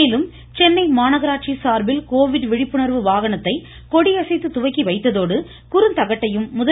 மேலும் சென்னை மாநகராட்சி சார்பில் கோவிட் விழிப்புணர்வு வாகனத்தை கொடியசைத்து துவக்கி வைத்ததோடு குறுந்தகட்டையும் முதலமைச்சர் வெளியிட்டார்